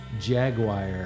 Jaguar